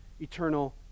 eternal